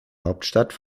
hauptstadt